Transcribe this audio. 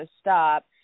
stop